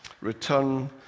return